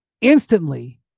instantly